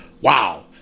wow